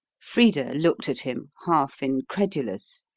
frida looked at him, half-incredulous.